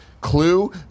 Clue